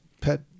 pet